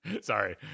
sorry